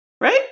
Right